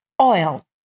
oil